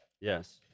yes